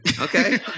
Okay